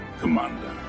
Commander